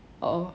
oh